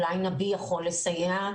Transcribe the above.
אולי נביה יכול לסייע?